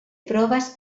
proves